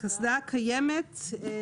קסדה קיימת.